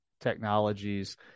technologies